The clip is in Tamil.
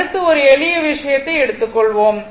அடுத்து ஒரு எளிய விஷயத்தை எடுத்துக் கொள்வோம்